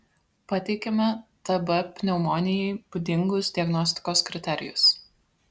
pateikiame tb pneumonijai būdingus diagnostikos kriterijus